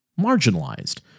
marginalized